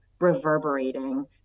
reverberating